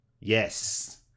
yes